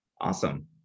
awesome